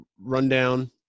rundown